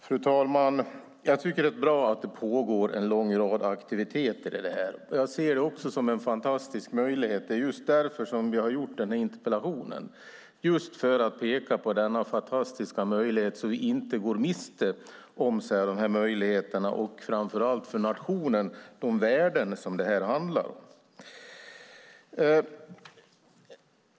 Fru talman! Jag tycker att det är bra att det pågår en lång rad aktiviteter. Jag ser det också som en fantastisk möjlighet. Jag har ställt den här interpellationen just för att peka på denna fantastiska möjlighet så att vi inte går miste om den och de värden för nationen som det handlar om.